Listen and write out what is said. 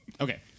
Okay